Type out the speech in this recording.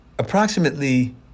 approximately